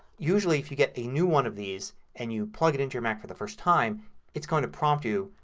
usually if you get a new one of these and you plug it into your mac for the first time it's going to prompt you,